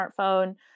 smartphone